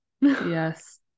yes